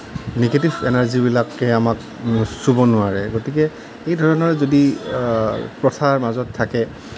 negative এনাৰ্জিবিলাকে আমাক চুব নোৱাৰে তেতিয়া এইধৰণৰ যদি প্ৰথাৰ মাজত থাকে